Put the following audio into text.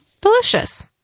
Delicious